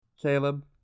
caleb